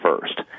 first